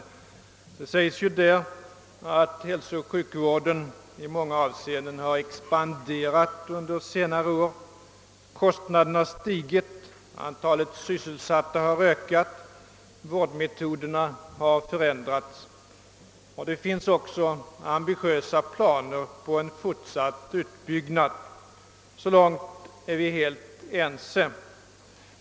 Där sägs ju att hälsooch sjukvården i många avseenden expanderat under senare år. Kostnaderna har stigit, antalet sysselsatta har ökat, vårdmetoderna har förändrats och det finns också ambitiösa planer på en fortsatt utbyggnad. Så långt är vi helt ense.